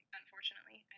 unfortunately